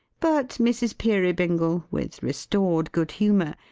but mrs. peerybingle, with restored good humour,